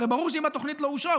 הרי ברור שאם התוכנית לא אושרה,